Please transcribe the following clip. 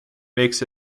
makes